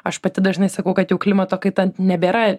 aš pati dažnai sakau kad jau klimato kaita nebėra